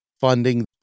funding